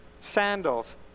sandals